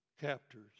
captors